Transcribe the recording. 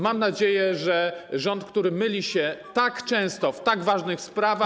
Mam nadzieję, że rząd, który myli się tak często w tak ważnych sprawach.